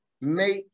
make